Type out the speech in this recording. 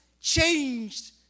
changed